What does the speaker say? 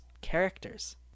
characters